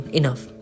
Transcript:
enough